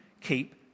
keep